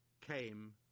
came